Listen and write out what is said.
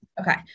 Okay